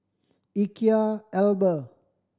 Ikea Alba